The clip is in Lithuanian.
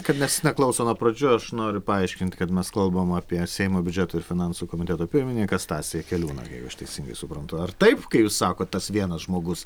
kad nes neklauso nuo pradžių aš noriu paaiškint kad mes kalbam apie seimo biudžeto ir finansų komiteto pirmininką stasį jakeliūną jeigu aš teisingai suprantu ar taip kai sakot tas vienas žmogus